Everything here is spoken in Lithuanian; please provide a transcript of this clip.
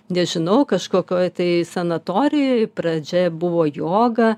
nežinau kažkokioj tai sanatorijoj pradžia buvo joga